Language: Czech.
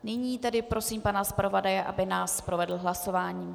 Nyní prosím pana zpravodaje, aby nás provedl hlasováním.